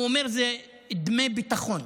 הוא אומר: אלה דמי ביטחון.